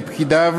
לפקידיו,